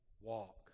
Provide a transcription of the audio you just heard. walk